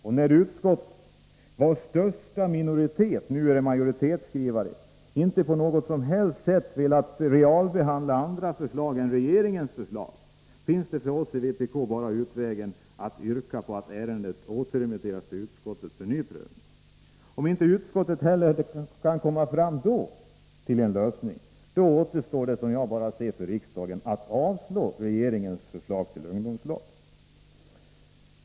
Och när utskottet, vars största minoritet nu är majoritetsskrivare, inte på något som helst sätt velat realbehandla andra förslag än regeringens, finns för oss i vpk bara en utväg och det är att yrka på att ärendet återremitteras till utskottet för ny prövning. Om inte utskottet heller då kan komma fram till andra positioner, återstår för riksdagen, som jag ser det, bara att avslå regeringens förslag till ungdomslag.